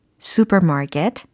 supermarket